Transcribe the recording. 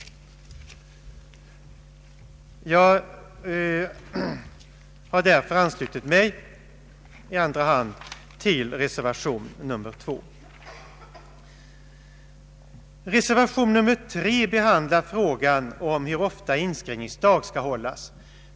Jag har därför anslutit mig i andra hand till reservation II. hur ofta inskrivningsdag skall hållas.